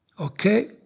Okay